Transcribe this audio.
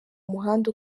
muhanda